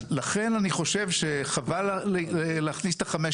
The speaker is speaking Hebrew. אני מבקש להציג את זה בפרוטרוט,